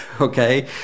Okay